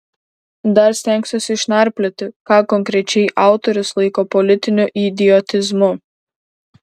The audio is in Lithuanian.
dar stengsiuosi išnarplioti ką konkrečiai autorius laiko politiniu idiotizmu